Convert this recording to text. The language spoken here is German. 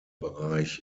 bereich